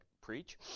preach